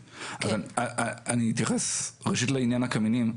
אני אתייחס ראשית לעניין הקמינים.